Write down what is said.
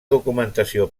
documentació